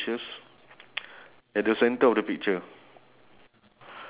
one two three four five six se~ seven